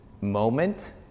moment